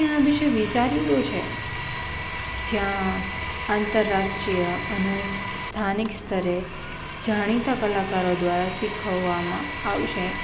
મેં આ વિષે વિચાર્યું તો છે જ્યાં આંતરરાષ્ટ્રીય અને સ્થાનિક સ્તરે જાણીતા કલાકારો દ્વારા શીખવવામાં આવશે